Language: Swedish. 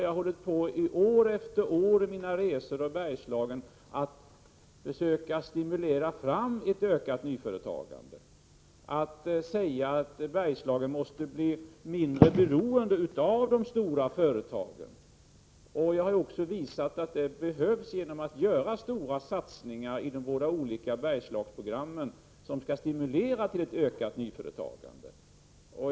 Jag har år efter år vid mina resor i Bergslagen försökt stimulera människorna till ett ökat nyföretagande. Jag har sagt att Bergslagen måste bli mindre beroende av de stora företagen. Jag har också visat att detta behöver göras genom stora satsningar inom de båda Bergslagsprogrammen som skall stimulera till ett ökat nyföretagande.